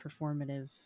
performative